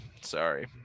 sorry